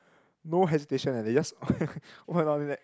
no hesitation eh they just ppo